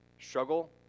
struggle